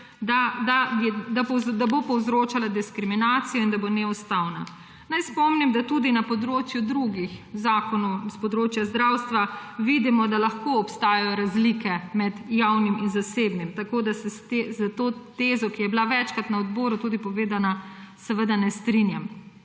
povzročala diskriminacijo in da bo neustavna. Naj spomnim, da tudi na področju drugih zakonov s področja zdravstva vidimo, da lahko obstajajo razlike med javnim in zasebnim, tako da se s to tezo, ki je bila tudi na odboru večkrat povedana, seveda ne strinjam.